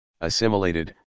assimilated